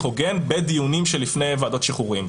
הוגן בדיונים שלפני ועדות שחרורים.